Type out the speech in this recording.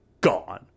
gone